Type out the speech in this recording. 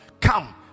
come